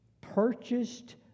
purchased